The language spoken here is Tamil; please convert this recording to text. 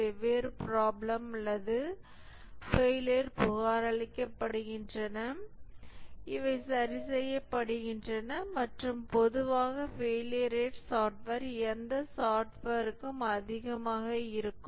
வெவ்வேறு ப்ராப்ளம் அல்லது ஃபெயிலியர் புகாரளிக்கப்படுகின்றன இவை சரி செய்யப்படுகின்றன மற்றும் பொதுவாக ஃபெயிலியர் ரேட் சாப்ட்வேர் எந்த சாப்ட்வேர்க்கும் அதிகமாக இருக்கும்